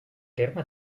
terme